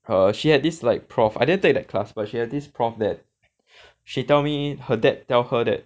err she had this like prof I didn't take that class but she had this prof that she tell me her dad tell her that